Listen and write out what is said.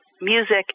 music